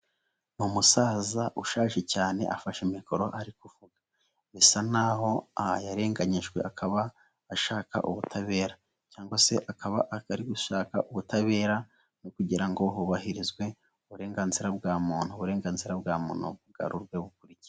Ni umusaza ushaje cyane afashe mikoro ari kuvuga. Bisa nkaho yarenganyijwe, akaba ashaka ubutabera cyangwa se akaba ari gushaka ubutabera kugira ngo hubahirizwe uburenganzira bwa muntu. Uburenganzira bwa muntu bugaruke mu buryo.